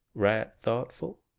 right thoughtful.